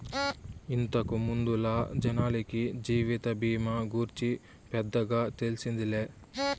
ఇంతకు ముందల జనాలకి జీవిత బీమా గూర్చి పెద్దగా తెల్సిందేలే